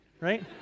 right